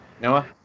Noah